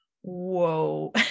whoa